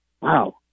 wow